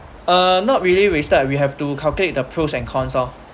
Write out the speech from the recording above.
ah not really wasted we have to calculate the pros and cons loh